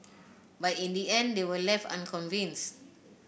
but in the end they were left unconvinced